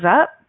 up